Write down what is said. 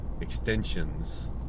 extensions